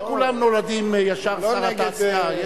אני לא --- לא כולם נולדים ישר שר התעשייה.